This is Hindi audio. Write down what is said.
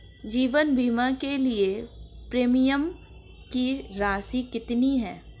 जीवन बीमा के लिए प्रीमियम की राशि कितनी है?